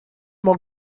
мог